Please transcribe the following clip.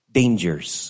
dangers